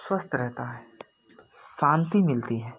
स्वस्थ रहता है शांति मिलती है